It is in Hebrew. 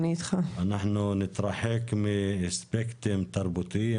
אנחנו נתרחק מאספקטים תרבותיים,